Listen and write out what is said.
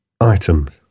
items